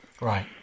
Right